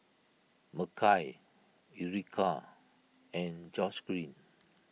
Makai Ericka and Georgeann